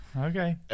Okay